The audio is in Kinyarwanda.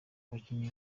abakinnyi